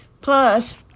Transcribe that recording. Plus